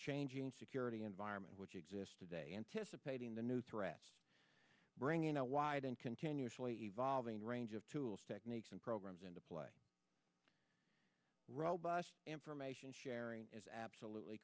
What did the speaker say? changing security environment which exist today anticipating the new threat bringing in a wide and continually evolving range of tools techniques and programs into play robust information sharing is absolutely